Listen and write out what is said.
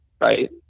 right